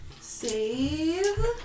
Save